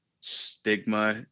stigma